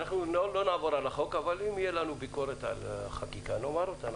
אנחנו לא נעבור על החוק אבל אם תהיה לנו ביקורת על החקיקה נאמר אותה.